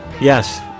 Yes